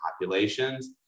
populations